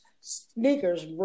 sneakers